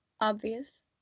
obvious